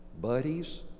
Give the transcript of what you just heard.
buddies